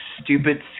stupid